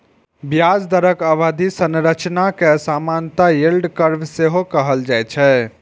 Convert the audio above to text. ब्याज दरक अवधि संरचना कें सामान्यतः यील्ड कर्व सेहो कहल जाए छै